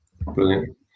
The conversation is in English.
Brilliant